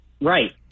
Right